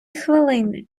хвилини